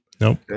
nope